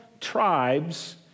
tribes